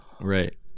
Right